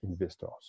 investors